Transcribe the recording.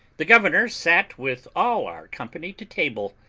the governor sat with all our company to table,